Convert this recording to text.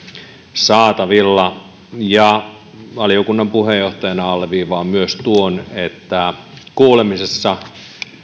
saatavilla valiokunnan puheenjohtajana alleviivaan myös tuon että kuulemisessa